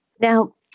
Now